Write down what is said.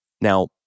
Now